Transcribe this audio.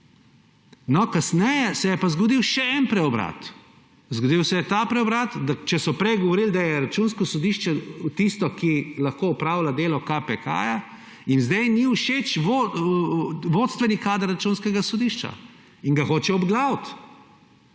Kasneje se je pa zgodil še en preobrat. Zgodil se je ta preobrat, da če so prej govorili, da je Računsko sodišče tisto, ki lahko opravlja delo KPK, jim sedaj ni všeč vodstveni kader Računskega sodišča in ga hočejo obglaviti.